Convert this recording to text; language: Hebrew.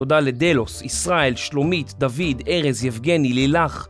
תודה לדלוס, ישראל, שלומית, דוד, ארז, יבגני, לילך